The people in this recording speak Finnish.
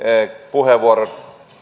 puheenvuorot